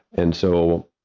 and so,